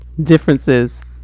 Differences